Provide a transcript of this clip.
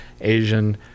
asian